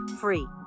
free